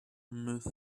myth